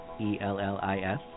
E-L-L-I-S